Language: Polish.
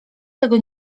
tego